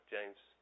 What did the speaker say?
James